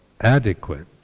adequate